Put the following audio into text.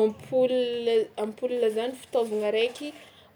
Ampola ampola zany fitaovana araiky